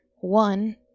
one